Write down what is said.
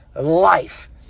life